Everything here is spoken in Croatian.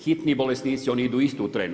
Hitni bolesnici, oni idu isto u tren.